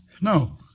No